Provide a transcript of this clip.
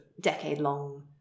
decade-long